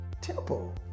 Temple